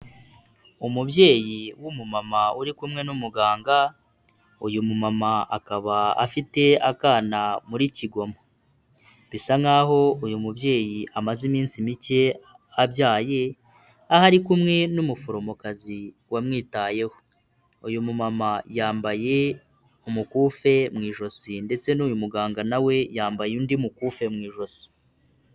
Umubyeyi w'umumama uri kumwe n'umuganga, uyu mumama akaba afite akana muri kigoma, bisa nkaho uyu mubyeyi amaze iminsi mike abyaye, aho ari kumwe n'umuforomokazi wamwitayeho. Uyu mumama yambaye umukufi mu ijosi ndetse n'uyu muganga na we yambaye undi mukufi mu ijosi.